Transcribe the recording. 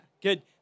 Good